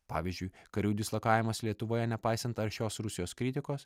pavyzdžiui karių dislokavimas lietuvoje nepaisant aršios rusijos kritikos